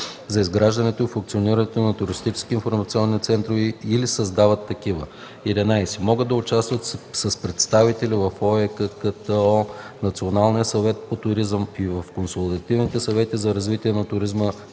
за изграждането и функционирането на туристически информационни центрове или създават такива; 11. могат да участват с представители в ОЕККТО, Националния съвет по туризъм и в консултативните съвети за развитие на туризма